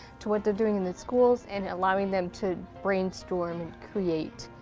to what they're doing in the schools and allowing them to brainstorm and create.